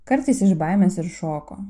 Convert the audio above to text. kartais iš baimės ir šoko